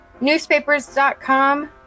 newspapers.com